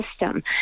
system